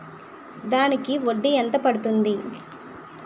దానికి వడ్డీ ఎంత పడుతుంది?